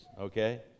okay